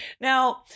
Now